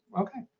okay